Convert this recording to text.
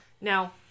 Now